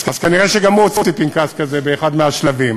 אז כנראה גם הוא הוציא פנקס כזה באחד מהשלבים.